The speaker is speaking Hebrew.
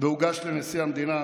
והוגש לנשיא המדינה,